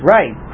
Right